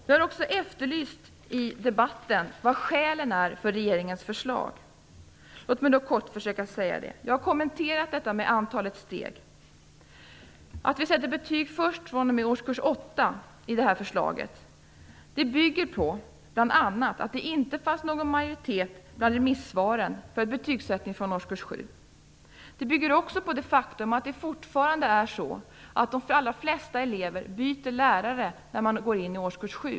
Det har också efterlysts i debatten besked om vad skälen för regeringens förslag är. Låt mig kort försöka säga det. Jag har kommenterat detta med antalet steg. Att vi sätter betyg först fr.o.m. årskurs 8 i det här förslaget bygger bl.a. på att det inte fanns någon majoritet bland remissvaren för betygsättning fr.o.m.årskurs 7. Det bygger också på det faktum att det fortfarande är så att de allra flesta elever byter lärare när de går in i årskurs 7.